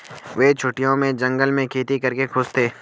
वे छुट्टियों में जंगल में खेती करके खुश थे